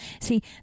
See